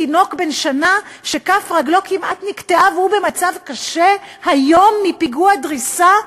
תינוק בן שנה שכף רגלו כמעט נקטעה והוא במצב קשה היום מפיגוע דריסה?